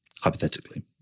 hypothetically